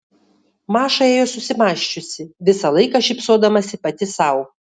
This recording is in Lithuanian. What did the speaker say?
maša ėjo susimąsčiusi visą laiką šypsodamasi pati sau